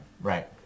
right